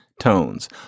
tones